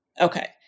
Okay